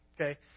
okay